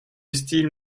style